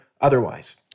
otherwise